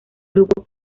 grupo